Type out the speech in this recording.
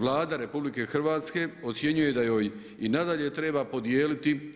Vlada RH ocjenjuje da joj i nadalje treba podijeliti